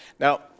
Now